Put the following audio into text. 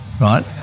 right